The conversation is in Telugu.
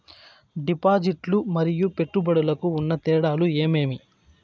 డిపాజిట్లు లు మరియు పెట్టుబడులకు ఉన్న తేడాలు ఏమేమీ?